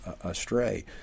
astray